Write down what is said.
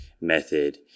method